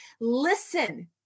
Listen